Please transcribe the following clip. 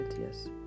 Yes